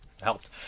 helped